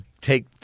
take